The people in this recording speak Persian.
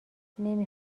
نمی